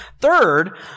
Third